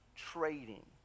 trading